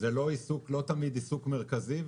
זה לא תמיד עיסוק מרכזי.